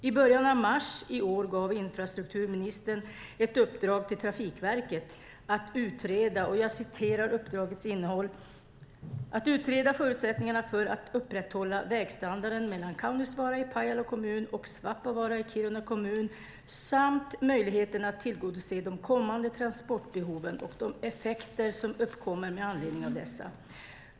I början av mars i år gav infrastrukturministern ett uppdrag till Trafikverket, och jag citerar uppdragets innehåll, "att utreda förutsättningarna för att upprätthålla vägstandarden mellan Kaunisvaara i Pajala kommun och Svappavaara i Kiruna kommun samt möjligheten att tillgodose de kommande tranportbehoven och de effekter som uppkommer med anledning av dessa.